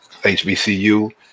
HBCU